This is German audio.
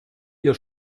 ihr